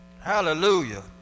Hallelujah